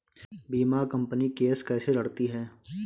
बीमा company case कैसे लड़ती है?